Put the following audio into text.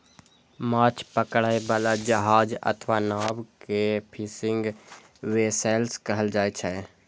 माछ पकड़ै बला जहाज अथवा नाव कें फिशिंग वैसेल्स कहल जाइ छै